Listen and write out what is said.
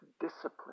discipline